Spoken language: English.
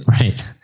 right